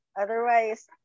Otherwise